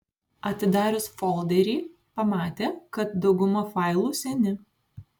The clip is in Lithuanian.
atidarius folderį pamatė kad dauguma failų seni